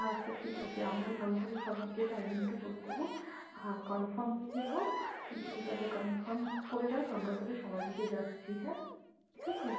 আছা ঠিক আছে আমরা আমি তাহলে সবাইকে টাইমিংটা বলে দেবো আর কনফার্ম হয়ে যাবো তুইও তাহলে কনফার্ম করে রাখ আমরা তালে সবাই মিলে যাচ্ছি হ্যাঁ ঠিক আছে